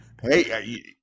hey